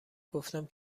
گفتم